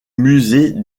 musée